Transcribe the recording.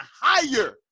higher